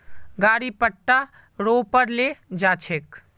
गाड़ी पट्टा रो पर ले जा छेक